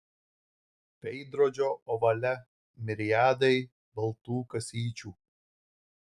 veidrodžio ovale miriadai baltų kasyčių